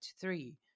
three